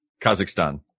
Kazakhstan